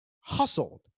hustled